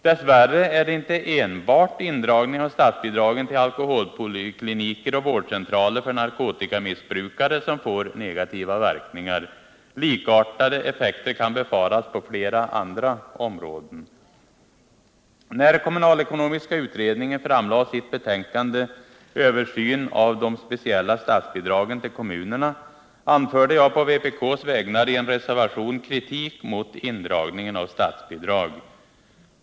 Dess värre är det inte enbart indragningen av statsbidragen till alkoholpolikliniker och vårdcentraler för narkotikamissbrukare som får negativa verkningar. Likartade effekter kan befaras på flera andra områden. När kommunalekonomiska utredningen framlade sitt betänkande Översyn av de speciella statsbidragen till kommunerna anförde jag på vpk:s vägnar i en reservation kritik mot indragningen av statsbidrag.